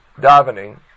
davening